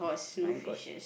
my God